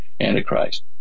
Antichrist